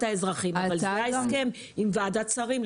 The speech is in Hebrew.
האזרחים אבל זה לצערי ההסכם עם ועדת שרים.